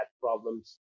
problems